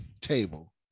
table